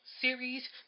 series